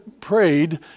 prayed